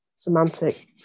semantic